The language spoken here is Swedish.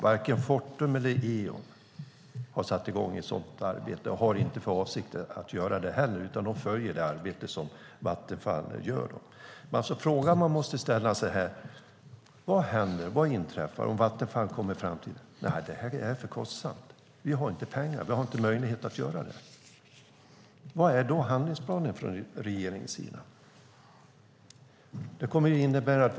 Varken Fortum eller Eon har satt i gång ett sådant arbete och har inte för avsikt att göra det heller, utan de följer det arbete som Vattenfall gör. Vad händer om Vattenfall kommer fram till att det är för kostsamt, att man inte har pengar och möjlighet att göra det? Vad är då regeringens handlingsplan?